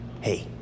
Hey